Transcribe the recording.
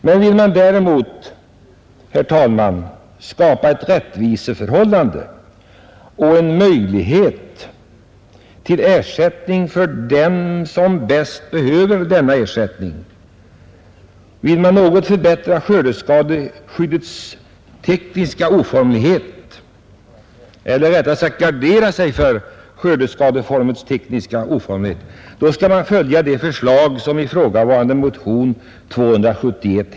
Men vill man däremot, herr talman, skapa ett rättviseförhållande och ge möjlighet till ersättning för dem som bäst behöver denna, vill man gardera sig mot verkningarna av skördeskadeskyddets tekniska oformlighet, då skall man följa det förslaget som framförts i motion 271.